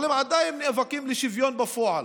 אבל הם עדיין נאבקים לשוויון בפועל.